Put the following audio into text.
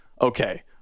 okay